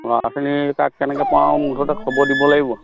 ল'ৰা ছোৱালী কাক কেনেকৈ পাওঁ মুঠতে খবৰ দিব লাগিব